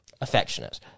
Affectionate